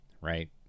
Right